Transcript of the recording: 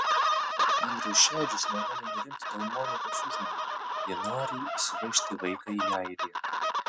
andrius šedžius negali nurimti dėl monikos užmojų ji nori išsivežti vaiką į airiją